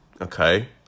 okay